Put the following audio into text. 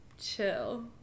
chill